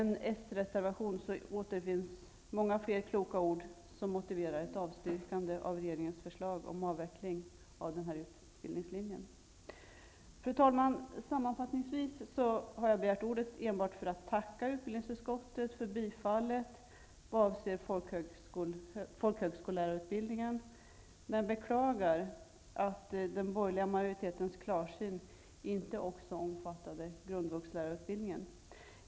I en reservation från Socialdemokraterna återfinns många fler kloka ord som motiverar ett avstyrkande av regeringens förslag om avveckling av den här utbildningslinjen. Fru talman! Sammanfattningsvis har jag begärt ordet för att tacka utbildningsutskottet för tillstyrkandet vad avser folkhögskollärarutbildningen. Jag beklagar att den borgerliga majoritetens klarsyn inte också omfattade grundvuxlärarutbildningen.